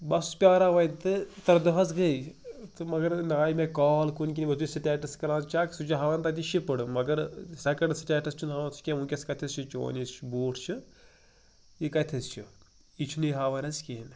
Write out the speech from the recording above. بہٕ اوسُس پیٛاران وۄنۍ تہٕ ترٛےٚ دۄہ حظ گٔے تہٕ مگر نَہ آیہِ مےٚ کال کُنہِ کِنۍ سِٹیٹس تہِ کَران چیٚک سُہ چھُ ہاوان تَتہِ شِپٕڑ مگر سیٚکَنٛڈ سٹیٹَس چھُنہٕ ہاوان سُہ کیٚنٛہہ وُنٛکیٚس کَتیٚس چھُ چیٛون یُس یہِ بوٗٹھ چھُ یہِ کَتِیٚس چھُ یہِ چھُنہٕ یہِ ہاوان حظ کیٚنٛہہ